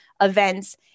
events